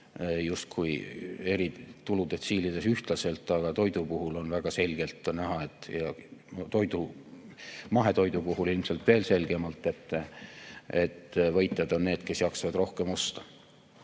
justkui eri tuludetsiilides ühtlaselt, aga toidu puhul on väga selgelt näha, mahetoidu puhul ilmselt veel selgemalt, et võitjad on need, kes jaksavad rohkem osta,